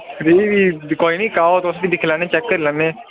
फ्ही बी कोई नि आओ तुस दिक्खी लैने चैक करी लैन्ने